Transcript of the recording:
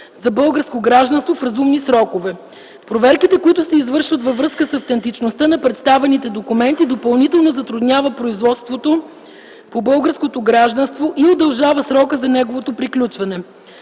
за българско гражданство в разумни срокове. Проверките, които се извършват във връзка с автентичността на представяните документи, допълнително затруднява производството по българското гражданство и удължава срока за неговото приключване.